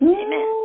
amen